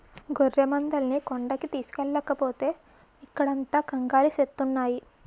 గొర్రెమందల్ని కొండకి తోలుకెల్లకపోతే ఇక్కడంత కంగాలి సేస్తున్నాయి